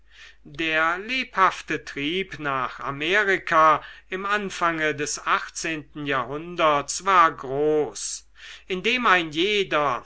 der lebhafte trieb nach amerika im anfange des achtzehnten jahrhunderts war groß indem ein jeder